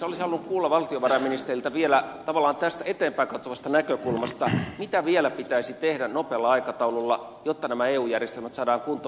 olisin halunnut kuulla valtiovarainministeriltä vielä tästä eteenpäin katsovasta näkökulmasta mitä vielä pitäisi tehdä nopealla aikataululla jotta nämä eu järjestelmät saadaan kuntoon